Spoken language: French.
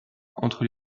entre